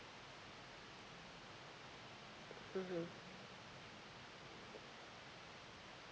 mmhmm